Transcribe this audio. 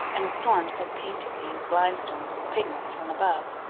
and the storms have painted these limestones with pigments from above.